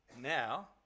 Now